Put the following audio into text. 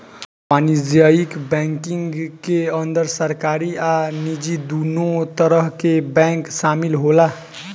वाणिज्यक बैंकिंग के अंदर सरकारी आ निजी दुनो तरह के बैंक शामिल होला